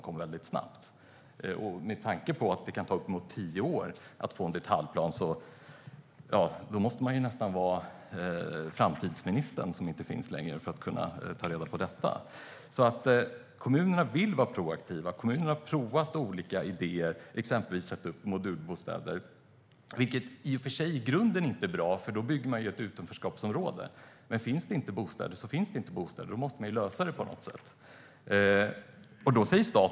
Med tanke på att det kan ta uppemot tio år att få en detaljplan måste man nästan vara framtidsminister - som inte finns längre - för att kunna ta reda på detta. Kommunerna vill vara proaktiva. De har provat olika idéer, till exempel att sätta upp modulbostäder, vilket i och för sig inte är bra i grunden. Då bygger man ju utanförskapsområden. Men finns det inte bostäder så finns det inte. Då måste man lösa det på något sätt. Men staten säger nej.